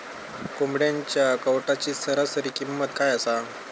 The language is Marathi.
कोंबड्यांच्या कावटाची सरासरी किंमत काय असा?